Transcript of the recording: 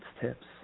tips